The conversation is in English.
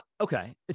Okay